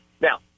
Now